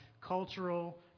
cultural